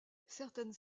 certaines